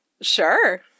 Sure